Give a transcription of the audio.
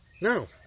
No